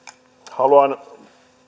haluan